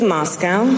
Moscow